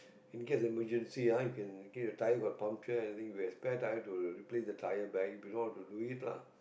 in case emergency ah you can in case your tyre got puncture anything you have spare tyre to replace the tyre back if you know how to do it lah